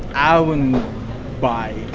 i wouldn't buy,